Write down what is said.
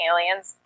Aliens